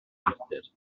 arthur